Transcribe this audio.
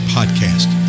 Podcast